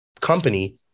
company